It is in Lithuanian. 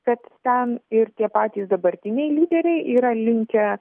kad ten ir tie patys dabartiniai lyderiai yra linkę